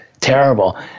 terrible